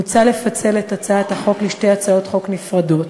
מוצע לפצל את הצעת החוק לשתי הצעות חוק נפרדות,